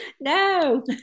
no